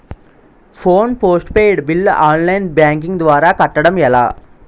Phone postpaid bill online banking ద్వారా కట్టడం ఎలా?